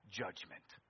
judgment